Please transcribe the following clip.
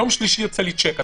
ביום שלישי יוצא לי שיק,